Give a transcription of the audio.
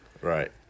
Right